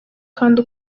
kandi